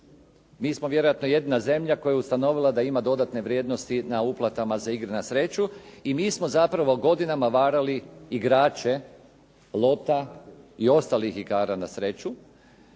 Mi smo vjerojatno jedina zemlja koja je ustanovila da ima dodatne vrijednosti na uplatama za igre na sreću i mi smo zapravo godinama varali igrače lota i ostalih igara na sreću,